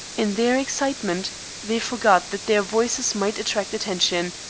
in their excitement they forgot that their voices might attract attention,